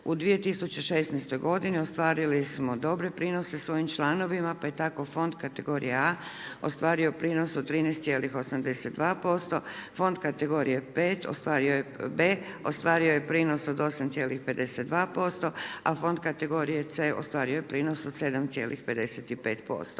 U 2016. godini ostvarili smo dobre prinose svojim članovima pa je tako fond kategorije A ostvario prinos od 13,82%, fond kategorije B ostvario je prinos od 8,52%, a fond kategorije C ostvario je prinos od 7,55%.